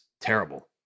terrible